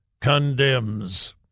condemns